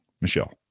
Michelle